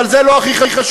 אבל זה לא הכי חשוב,